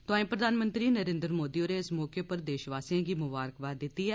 तोआई प्रधानमंत्री नरेन्द्र मोदी होरें इस मौके उप्पर देशवासियें गी मुमारखबाद दिती ऐ